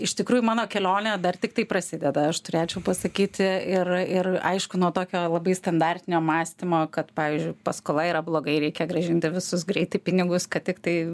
iš tikrųjų mano kelionė dar tiktai prasideda aš turėčiau pasakyti ir ir aišku nuo tokio labai standartinio mąstymo kad pavyzdžiui paskola yra blogai reikia grąžinti visus greitai pinigus kad tiktai